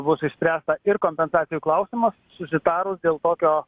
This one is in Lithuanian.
bus išspręsta ir kompensacijų klausimas susitarus dėl tokio